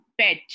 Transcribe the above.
pet